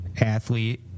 athlete